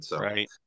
Right